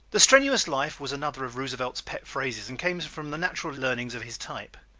the strenuous life was another of roosevelt's pet phrases and came from the natural leanings of his type.